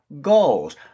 goals